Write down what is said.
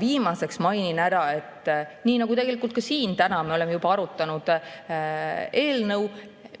Viimaseks mainin ära, et nii nagu tegelikult ka siin täna me oleme juba arutanud eelnõu,